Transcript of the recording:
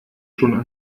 schon